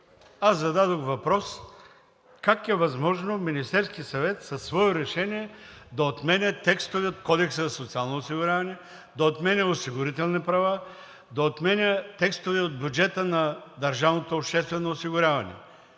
Аз зададох въпрос как е възможно Министерският съвет със свое решение да отменя текстове от Кодекса за социално осигуряване, да отменя осигурителни права, да отменя текстове от бюджета на държавното обществено осигуряване,